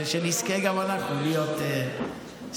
שנזכה גם אנחנו להיות סבים.